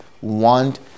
want